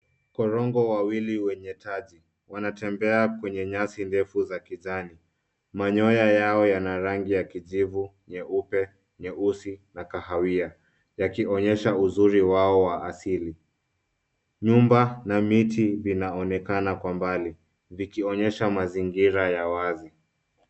Korongo wawili wenye taji wanatembea kwenye nyasi ndefu za kijani. Manyoya yao yana rangi ya kijivu, nyeupe, nyeusi na kahawia yakionyesha uzuri wao wa asili. Nyumba na miti zinaonekana kwa mbali zikionyesha mazingira ya wazi.